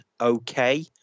okay